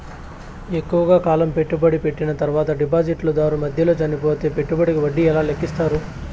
ఎక్కువగా కాలం పెట్టుబడి పెట్టిన తర్వాత డిపాజిట్లు దారు మధ్యలో చనిపోతే పెట్టుబడికి వడ్డీ ఎలా లెక్కిస్తారు?